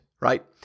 right